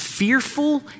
Fearful